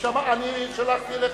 אני לא מסכים.